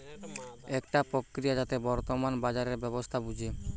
একটা প্রক্রিয়া যাতে বর্তমান বাজারের ব্যবস্থা বুঝে